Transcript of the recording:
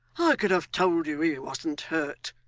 could have told you he wasn't hurt,